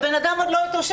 הבן אדם עוד לא התאושש.